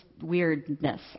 weirdness